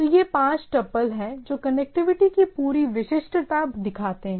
तो यह पांच टप्पल है जो कनेक्टिविटी की पूरी विशिष्टता दिखाते हैं